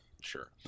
sure